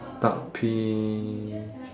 dark pink